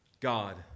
God